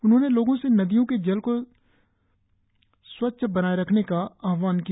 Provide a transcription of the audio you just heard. उन्होंने लोगो से नदियों के जल को स्व बनाए रखने का आहवान किया